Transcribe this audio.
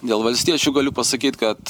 dėl valstiečių galiu pasakyt kad